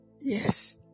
Yes